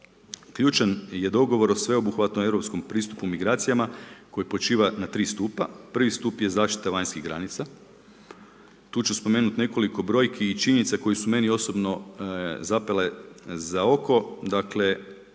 Ključan je dogovor o sveobuhvatnom europskom pristupu migracijama koji počiva na 3 stupa. Prvi stup je zaštita vanjskih granica. Tu ću spomenuti nekoliko brojki i činjenica koji su meni osobno zapele za oko. Dakle,